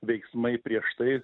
veiksmai prieš tai